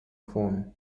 form